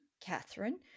Catherine